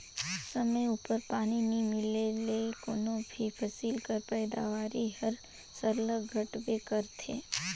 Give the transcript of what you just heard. समे उपर पानी नी मिले ले कोनो भी फसिल कर पएदावारी हर सरलग घटबे करथे